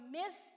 miss